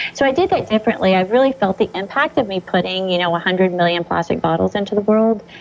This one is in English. so, i did that differently, i've really felt the impact of me putting you know a hundred million plastic bottles into the world.